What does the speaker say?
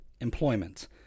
employment